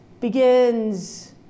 begins